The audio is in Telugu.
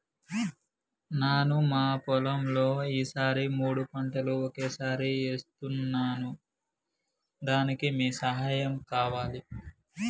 నాను మన పొలంలో ఈ సారి మూడు పంటలు ఒకేసారి వేస్తున్నాను దానికి మీ సహాయం కావాలి